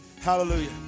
hallelujah